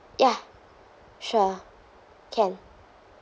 ya sure can